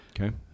Okay